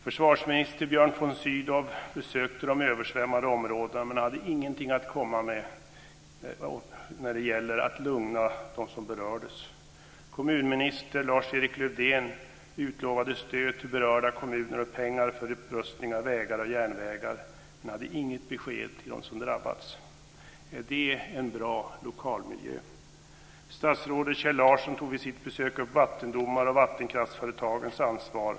Försvarsminister Björn von Sydow besökte de översvämmade områdena, men han hade ingenting att komma med när det gällde att lugna dem som berördes. Kommunminister Lars-Erik Lövdén utlovade stöd till berörda kommuner och pengar för upprustning av vägar och järnvägar, men hade inget besked till dem som drabbats. Är det en bra lokalmiljö? Statsrådet Kjell Larsson tog vid sitt besök upp vattendomar och vattenkraftsföretagens ansvar.